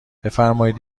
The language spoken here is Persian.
بفرمایید